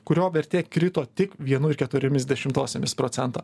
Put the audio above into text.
kurio vertė krito tik vienu ir keturiomis dešimtosiomis procento